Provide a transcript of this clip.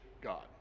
God